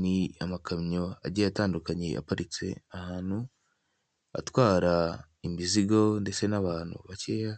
Ni amakamyo agiye atandukanye aparitse ahantu, atwara imizigo ndetse n'abantu bakeya,